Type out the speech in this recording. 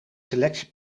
selectie